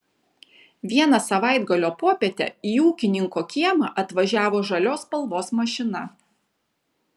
vieną savaitgalio popietę į ūkininko kiemą atvažiavo žalios spalvos mašina